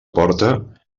porta